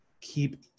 keep